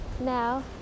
now